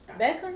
Beckham